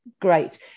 Great